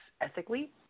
ethically